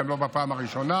גם לא בפעם הראשונה.